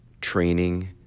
training